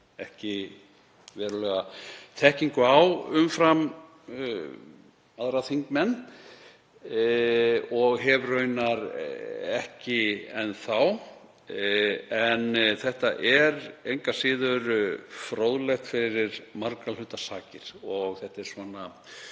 ekki verulega þekkingu á umfram aðra þingmenn og hef raunar ekki enn þá. En þetta er engu að síður fróðlegt fyrir margra hluta sakir. Það má segja